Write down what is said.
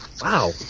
Wow